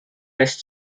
rest